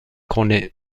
connaît